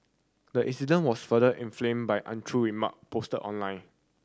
the incident was further inflamed by untrue remark posted online